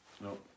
no